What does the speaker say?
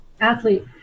athlete